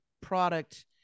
product